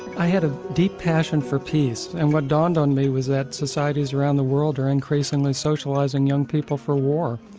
i had a deep passion for peace and what dawned on me was that societies around the world are increasingly socialising young people for war.